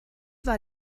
war